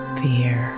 fear